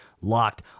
Locked